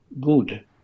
good